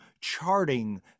charting